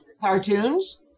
cartoons